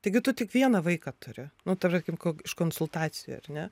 taigi tu tik vieną vaiką turi nu tarkim kog iš konsultacijų ar ne